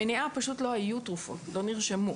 למניעה פשוט לא היו תרופות, לא נרשמו.